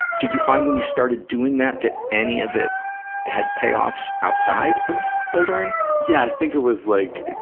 did you find when you started doing that that any of it had payoffs outside of bouldering? yeah. i think it was like,